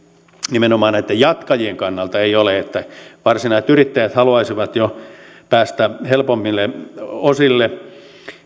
nimenomaan näiden jatkajien kannalta ei ole varsinaiset yrittäjät haluaisivat jo päästä helpommille osille